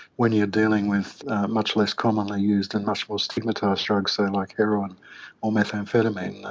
when you're dealing with much less commonly used and much more stigmatised drugs, say, like heroine or methamphetamine,